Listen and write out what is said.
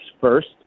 first